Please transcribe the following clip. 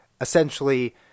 essentially